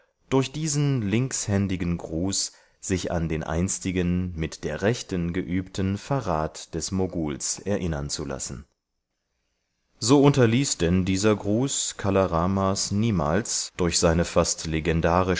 durch diesen linkshändigen gruß sich an den einstigen mit der rechten geübten verrat des moguls erinnern zu lassen so unterließ denn dieser gruß kala ramas niemals durch seine fast